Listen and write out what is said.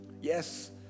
Yes